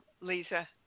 Lisa